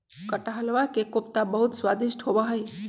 कटहलवा के कोफ्ता बहुत स्वादिष्ट होबा हई